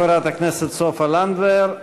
תודה לחברת הכנסת סופה לנדבר.